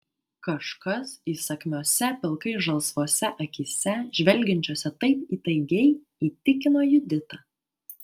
kažkas įsakmiose pilkai žalsvose akyse žvelgiančiose taip įtaigiai įtikino juditą